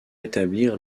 établir